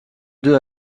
deux